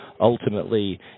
ultimately